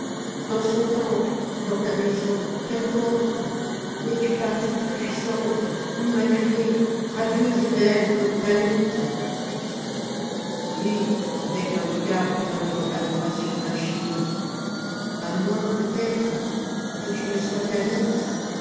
dans son temple ou dans ta maison qu'importe n'es-tu pas toute puissante immaculée radieuse et belle comme tanit et avec un regard plein d'une adoration infinie a moins peut-être que tu ne sois tanit